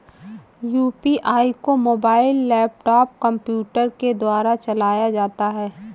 UPI को mobile laptop computer के द्वारा चलाया जाता है